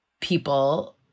people